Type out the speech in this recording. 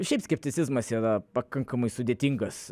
šiaip skepticizmas yra pakankamai sudėtingas